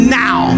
now